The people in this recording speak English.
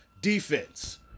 defense